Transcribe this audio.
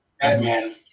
Batman